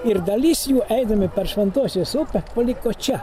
ir dalis jų eidami per šventosios upę paliko čia